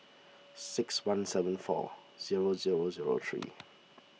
six one seven four zero zero zero three